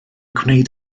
gwneud